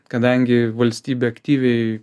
kadangi valstybė aktyviai